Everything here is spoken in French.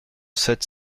sept